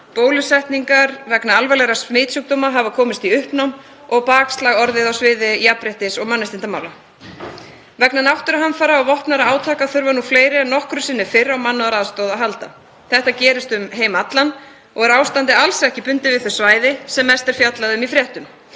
bólusetningar vegna alvarlegra smitsjúkdóma hafa komist í uppnám og bakslag orðið á sviði jafnréttis- og mannréttindamála. Vegna náttúruhamfara og vopnaðra átaka þurfa nú fleiri en nokkru sinni fyrr á mannúðaraðstoð að halda. Þetta gerist um heim allan og er ástandið alls ekki bundið við þau svæði sem mest er fjallað um í fréttum.